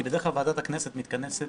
כי בדרך כלל ועדת הכנסת מתכנסת